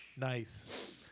Nice